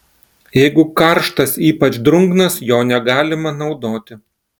jeigu karštas ypač drungnas jo negalima naudoti